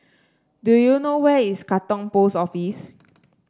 do you know where is Katong Post Office